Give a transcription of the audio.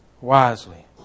Wisely